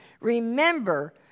Remember